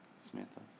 Samantha